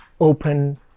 open